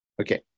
Okay